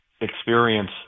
experience